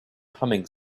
humming